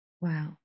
Wow